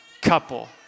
couple